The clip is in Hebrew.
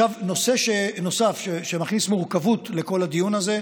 נושא נוסף שמכניס מורכבות לכל הדיון הזה,